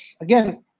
again